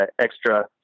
extra